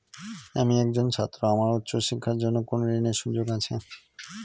আমি একজন ছাত্র আমার উচ্চ শিক্ষার জন্য কোন ঋণের সুযোগ আছে?